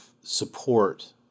support